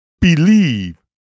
Believe